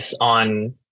on